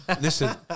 listen